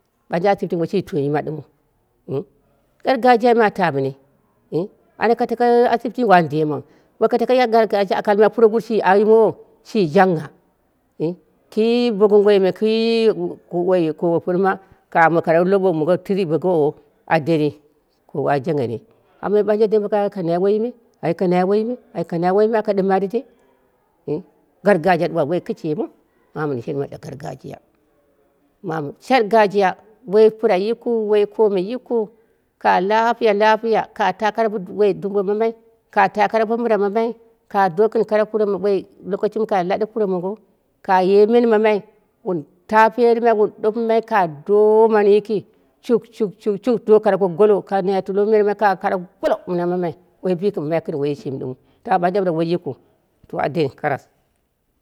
Ɓanje ashibiti woi shi tuyima ɗɨnmɨu nga gargajiyai me ata mɨni ngha ana ka tako ashibitiyi wani demau boko tako yi gargajiya alko almai pu roguruwu shi aimowo, shi jangha. nh ki bogongoime ki woi kowo pɨrma ka ame koro loɓok mongo tirik bokowo a deni kowo a jangheni, amma ɓanje ai ngwa dɨm ka nai woiyi me ka nai woiyime ka nai woɨjime aka ɗimmai tendei nu gargajiya ɗuwa woi kishimiu mamu mɨn yimai la gargajiya mamu gargajiya, woi pɨra yikɨu woi komi yikɨu, ka lapiya lapira, kata kare woi bo dumbo mamai, ka ta bo mira mamai ka do gɨn kare kure woi lokoshimi kai laɗe kure mongo, ka ye men mami wunta perɨmai wun ɗpɨmai ka do yiki, shup, shup, shup, do kare ko golo ka yatɨku mɨna ka kare golo mɨna mamai woi bikɨmamai gɨn woiyii shimi ɗɨmɨu ta ɓanje woi yiki ɗɨmɨu to a deni karas.